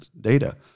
data